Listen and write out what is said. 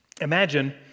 Imagine